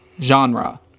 genre